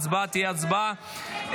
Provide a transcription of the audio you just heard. אני